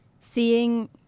Seeing